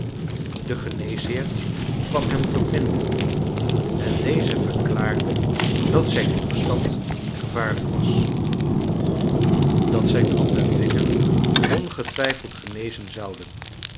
de geneesheer kwam hem verbinden en deze verklaarde dat zijn toestand niet gevaarlijk was dat zijn hand en vinger ongetwijfeld genezen zouden